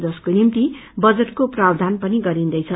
जसक्रो निम्ति बजटको प्रावधान पनि गरिन्दैछ